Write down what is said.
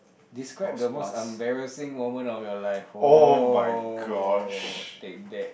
describe the most embarrassing moment of your life oh take that